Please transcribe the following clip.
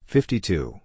Fifty-two